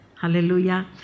Hallelujah